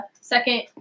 Second